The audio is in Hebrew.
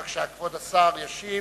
בבקשה, כבוד השר ישיב.